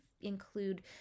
include